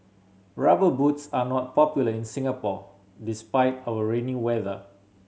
Rubber Boots are not popular in Singapore despite our rainy weather